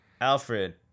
alfred